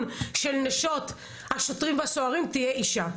של נשות השוטרים והסוהרים תהיה אישה.